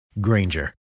Granger